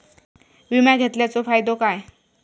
विमा घेतल्याचो फाईदो काय?